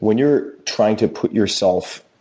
when you're trying to put yourself